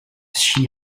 she